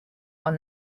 are